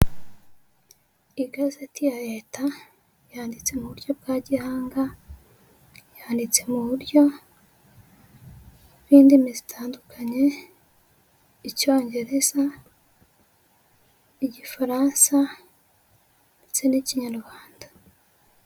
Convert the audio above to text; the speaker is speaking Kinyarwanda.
Igazeti ya leta yanditse mu buryo bwa gihanga, yanditse mu buryo bw'indimi zitandukanye icyongereza, igifaransa ndetse n'ikinyarwanda.